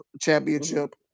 championship